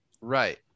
Right